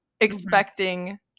expecting